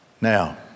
Now